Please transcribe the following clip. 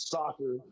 Soccer